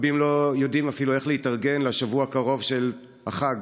רבים לא יודעים אפילו איך להתארגן לשבוע הקרוב של החג.